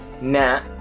Nat